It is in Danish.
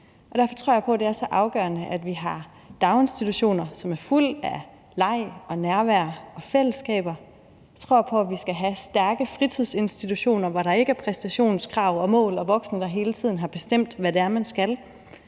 Derfor tror jeg på, at det er så afgørende, at vi har daginstitutioner, som er fulde af leg og nærvær og fællesskaber. Jeg tror på, at vi skal have stærke fritidsinstitutioner, hvor der ikke er præstationskrav og mål og voksne, der hele tiden bestemmer, hvad det er, de skal.